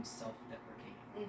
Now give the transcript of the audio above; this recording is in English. self-deprecating